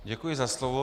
Děkuji za slovo.